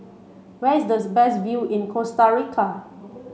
where is thus best view in Costa Rica